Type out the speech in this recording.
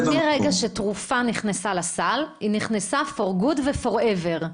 מרגע שתרופה נכנסה לסל היא נכנסה For good ו-Forever.